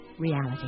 Reality